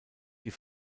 die